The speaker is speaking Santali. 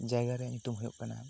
ᱡᱟᱭᱜᱟ ᱨᱮᱱᱟᱜ ᱧᱩᱛᱩᱢ ᱦᱩᱭᱩᱜ ᱠᱟᱱᱟ